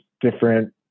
different